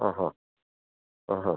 ആഹാ ആഹാ